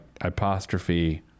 apostrophe